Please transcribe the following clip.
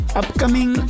upcoming